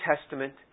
Testament